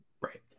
Right